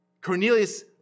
Cornelius